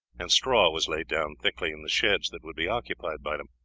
and straw was laid down thickly in the sheds that would be occupied by them.